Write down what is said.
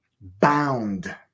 bound